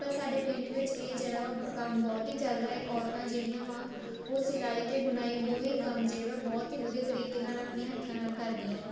ਪਰ ਸਾਡੇ ਪਿੰਡ ਵਿੱਚ ਇਹ ਜਿਹੜਾ ਵਾ ਕੰਮ ਬਹੁਤ ਹੀ ਚੱਲਦਾ ਹੈ ਔਰਤਾਂ ਜਿਹੜੀਆਂ ਵਾ ਉਹ ਸਿਲਾਈ ਅਤੇ ਬੁਣਾਈ ਦੋਵੇਂ ਕੰਮ ਜਿਹੜੇ ਵਾ ਬਹੁਤ ਹੀ ਵਧੀਆ ਤਰੀਕੇ ਨਾਲ ਆਪਣੇ ਹੱਥਾਂ ਨਾਲ ਕਰਦੀਆਂ ਹੈ